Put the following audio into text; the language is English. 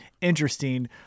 interesting